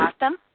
awesome